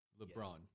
LeBron